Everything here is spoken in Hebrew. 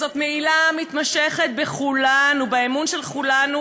וזאת מעילה מתמשכת בכולנו, באמון של כולנו,